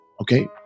okay